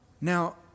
Now